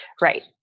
Right